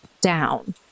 down